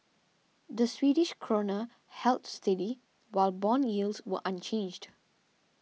the Swedish Krona held steady while bond yields were unchanged